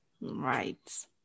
Right